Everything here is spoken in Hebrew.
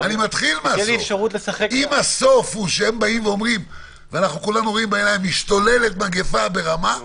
אם בסוף אנחנו רואים בעיניים שמשתוללת מגפה ברמה,